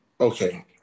Okay